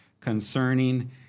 concerning